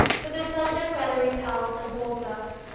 but the subject rather repels than holds us.